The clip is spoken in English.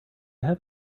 have